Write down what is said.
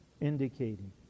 indicating